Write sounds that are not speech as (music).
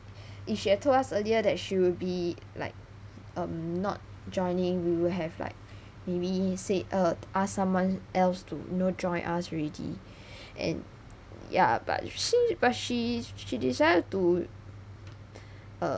if she has told us earlier that she will be like um not joining we will have like maybe said uh ask someone else to you know join us already (breath) and ya but she but she she decided to (breath) uh